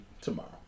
Tomorrow